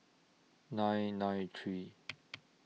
nine nine three